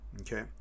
Okay